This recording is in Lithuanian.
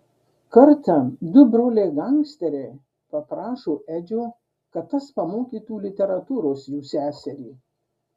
kartą du broliai gangsteriai paprašo edžio kad tas pamokytų literatūros jų seserį